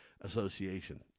Association